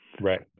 Right